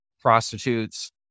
prostitutes